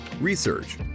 research